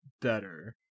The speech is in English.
Better